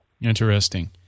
Interesting